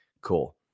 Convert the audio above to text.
cool